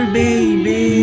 baby